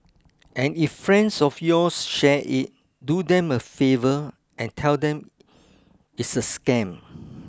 and if friends of yours share it do them a favour and tell them it's a scam